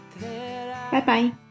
Bye-bye